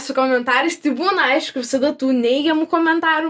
su komentarais tai būna aišku visada tų neigiamų komentarų